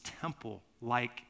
temple-like